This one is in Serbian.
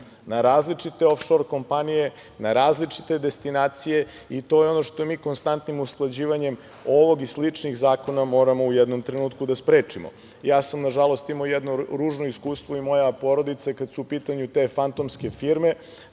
na različite ofšor kompanije, na različite destinacije i to je ono što mi konstantnim usklađivanjem ovog i slični zakona moramo u jednom trenutku da sprečimo. Nažalost imao sam jedno ružno iskustvo i moja porodica, kada su u pitanju te fantomske firme,